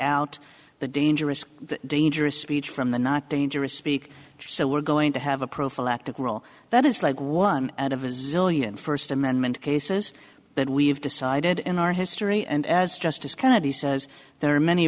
out the dangerous dangerous speech from the not dangerous speak so we're going to have a prophylactic role that is like one out of a zillion first amendment cases that we've decided in our history and as justice kennedy says there are many